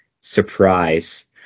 surprise